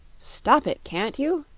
stop it, can't you?